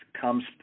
comes